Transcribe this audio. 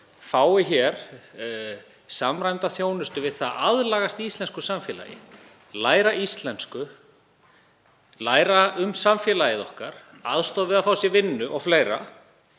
fái hér samræmda þjónustu við það að aðlagast íslensku samfélagi, læra íslensku, læra um samfélagið okkar, aðstoð við að fá sér vinnu og fleira.